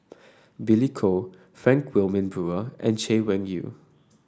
Billy Koh Frank Wilmin Brewer and Chay Weng Yew